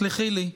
סלחי לי,